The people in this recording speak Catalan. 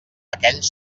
aquells